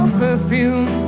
perfume